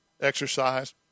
exercise